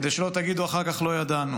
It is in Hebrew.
כדי שלא תגידו אחר כך, לא ידענו.